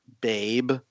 Babe